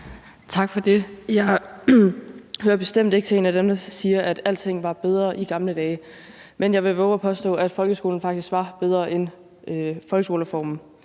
Tak for det. Jeg hører bestemt ikke til dem, der siger, at alting var bedre i gamle dage, men jeg vil vove at påstå, at folkeskolen faktisk var bedre før folkeskolereformen.